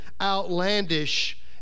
outlandish